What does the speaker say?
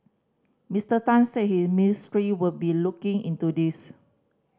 Mister Tan said his ministry will be looking into this